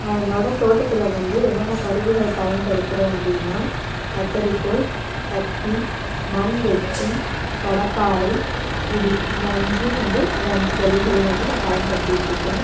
நான் என்னோடய தோட்டத்தில் வந்து என்னென்ன கருவிகள் பயன் படுத்துற அப்பின்னா கத்திரி கோல் கத்தி மண் வெட்டி கடப்பாறை உளி இந்த அஞ்சும் வந்து இந்த அஞ்சு கருவிகளை நான் பயன்படுத்திட்டு இருக்கேன்